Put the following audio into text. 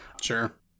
Sure